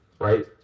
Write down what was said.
right